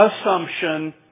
assumption